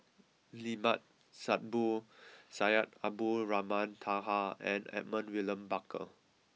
Limat Sabtu Syed Abdulrahman Taha and Edmund William Barker